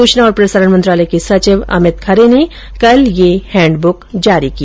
सूचना और प्रसारण मंत्रालय के सचिव अमित खरे ने कल यह हैंडबुक जारी की